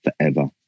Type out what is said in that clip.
forever